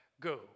go